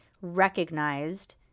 recognized